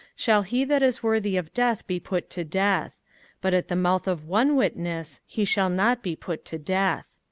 shall he that is worthy of death be put to death but at the mouth of one witness he shall not be put to death.